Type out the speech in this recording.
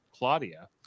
Claudia